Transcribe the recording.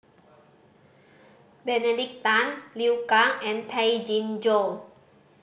Benedict Tan Liu Kang and Tay Chin Joo